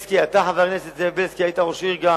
אתה, חבר הכנסת זאב בילסקי, היית גם ראש עיר,